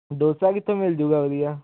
ਡੋਸਾ ਕਿੱਥੋਂ ਮਿਲਜੂਗਾ ਵਧੀਆ